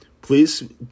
Please